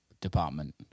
department